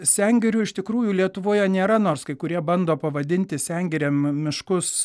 sengirių iš tikrųjų lietuvoje nėra nors kai kurie bando pavadinti sengirėm miškus